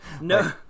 No